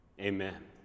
amen